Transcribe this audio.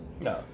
No